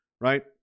Right